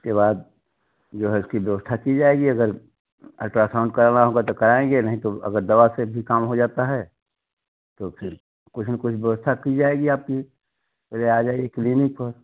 उसके बाद जो है इसकी व्यवस्था की जाएगी अगर अल्ट्रासाउंड करना होगा तो करेंगे नहीं तो अगर दवा से काम हो जाता है तो फिर कुछ ना कुछ व्यवस्था की जाएगी आपकी पहले आ जाइए क्लिनिक पर